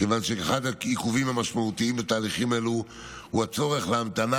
כיוון שאחד העיכובים המשמעותיים בתהליכים האלו הוא הצורך בהמתנה